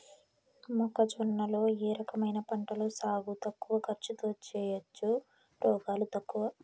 మొక్కజొన్న లో ఏ రకమైన పంటల సాగు తక్కువ ఖర్చుతో చేయచ్చు, రోగాలు తక్కువ?